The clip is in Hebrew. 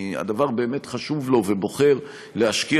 למי שהדבר באמת חשוב לו והוא בוחר להשקיע